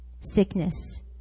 sickness